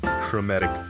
Chromatic